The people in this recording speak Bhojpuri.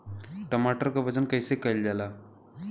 टमाटर क वजन कईसे कईल जाला?